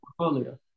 portfolio